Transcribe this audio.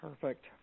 Perfect